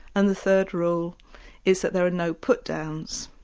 and the third rule is that there are no put-downs,